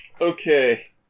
okay